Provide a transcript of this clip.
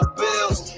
bills